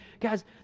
Guys